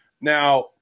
now